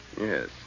Yes